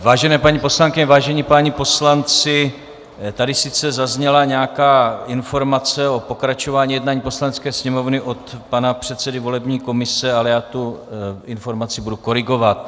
Vážené paní poslankyně, vážení páni poslanci, tady sice zazněla nějaká informace o pokračování jednání Poslanecké sněmovny od pana předsedy volební komise, ale já tu informaci budu korigovat.